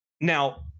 Now